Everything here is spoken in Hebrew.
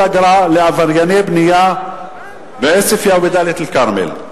אגרה על עברייני בנייה בעוספיא ודאלית-אל-כרמל.